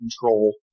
control